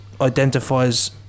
identifies